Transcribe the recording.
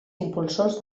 impulsors